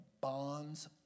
bonds